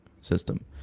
system